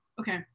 okay